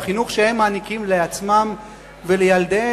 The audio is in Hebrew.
בחינוך שהם מעניקים לעצמם ולילדיהם,